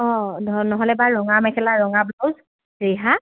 অঁ নহ'লে বা ৰঙা মেখেলা ৰঙা ব্লাউজ ৰিহা